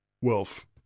Wolf